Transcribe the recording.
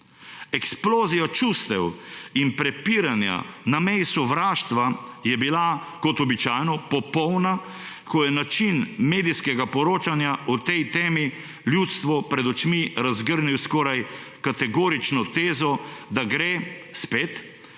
Eksplozija čustev in prepiranja na meji sovraštva je bila, kot običajno, popolna, ko je način medijskega poročanja o tej temi ljudstvu pred očmi razgrnil skoraj kategorično tezo, da gre spet